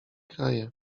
kraje